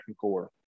core